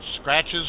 scratches